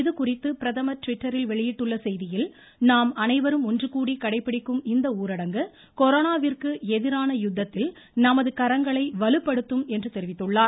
இதுகுறித்து பிரதமர் ட்விட்டரில் வெளியிட்டுள்ள செய்தியில் நாம் அனைவரும் ஒன்றுகூடி கடைபிடிக்கும் இந்த ஊரடங்கு கொரோனாவிற்கு எதிரான யுத்தத்தில் நமது கரங்களை வலுப்படுத்தும் என்று தெரிவித்துள்ளார்